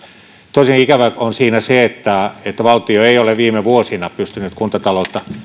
tosin ikävää on siinä se että että valtio ei ole viime vuosina pystynyt kuntataloutta